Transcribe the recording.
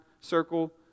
circle